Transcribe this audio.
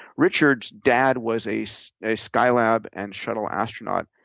richard's dad was a so a skylab and shuttle astronaut.